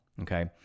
okay